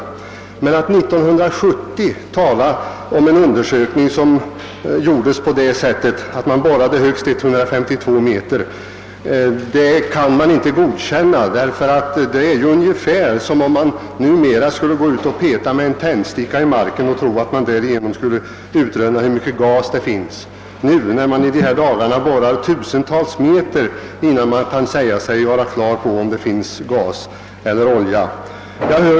En hänvisning år 1970 till en undersökning som genomförts genom borrning 152 m djupt kan emellertid inte anses tillfredsställande. En sådan undersökning har i dag inte mycket större värde än det resultat man får om man petar med en tändsticka i marken för att utröna hur mycket gas som kan finnas där. Numera borrar man tusentals meter djupt innan man anser sig ha fått svar på frågan om det finns gas eller olja inom ett område.